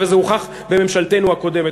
וזה הוכח בממשלתנו הקודמת,